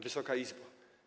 Wysoka Izbo!